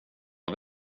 har